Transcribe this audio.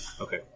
Okay